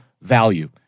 value